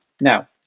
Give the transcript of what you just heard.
Now